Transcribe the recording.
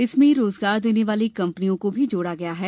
इसमें रोजगार देने वाली कंपनियों को भी जोड़ा गया है